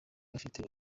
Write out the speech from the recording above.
abafite